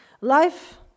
Life